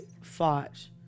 fought